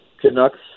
Canucks